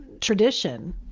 tradition